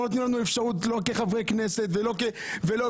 לא נותנים לנו אפשרות לא כחברי כנסת ולא